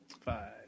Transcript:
Five